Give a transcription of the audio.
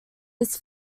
his